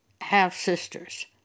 half-sisters